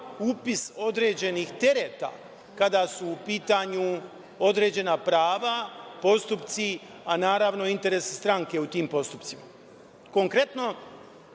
upis određenih tereta kada su u pitanju određena prava, postupci i, naravno, interes stranke u tim postupcima. Konkretno,